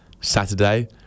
Saturday